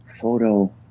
Photo